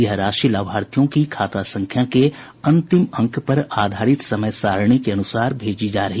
यह राशि लाभार्थियों की खाता संख्या के अंतिम अंक पर आधारित समय सारणी के अनुसार भेजी जाएगी